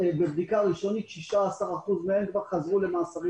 בבדיקה ראשונית ש-16% מהם חזרו למאסרים